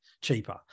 cheaper